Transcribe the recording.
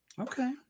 Okay